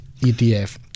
ETF